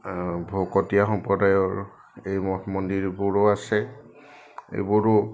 ভকতীয়া সম্প্ৰদায়ৰ এই মঠ মন্দিৰবোৰো আছে এইবোৰো